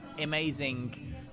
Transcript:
amazing